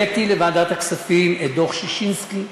הבאתי לוועדת הכספים את דוח ששינסקי,